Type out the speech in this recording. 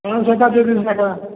पाँच सौ रुपये का था